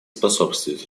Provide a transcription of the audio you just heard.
способствует